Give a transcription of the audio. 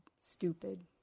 stupid